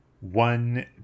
one